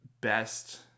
best